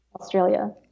Australia